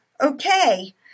okay